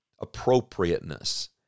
appropriateness